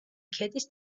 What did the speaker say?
ქედის